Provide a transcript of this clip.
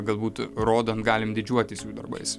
galbūt rodant galim didžiuotis jų darbais